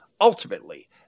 Ultimately